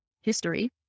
history